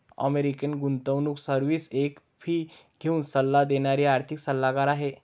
American गुंतवणूक service एक fee घेऊन सल्ला देणारी आर्थिक सल्लागार आहे